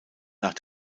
nach